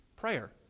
prayer